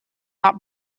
not